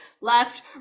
Left